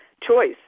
choice